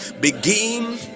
begin